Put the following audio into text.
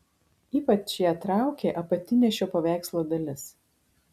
ypač ją traukė apatinė šio paveikslo dalis